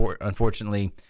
unfortunately